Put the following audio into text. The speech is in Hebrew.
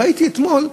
ראיתי אתמול,